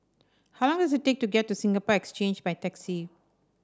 how long does it take to get to Singapore Exchange by taxi